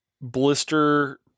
blister